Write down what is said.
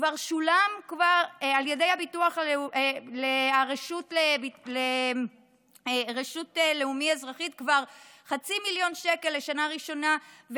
כבר שולם על ידי הרשות לשירות לאומי אזרחי חצי מיליון שקל לשנה הראשונה,